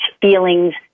feelings